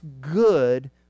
good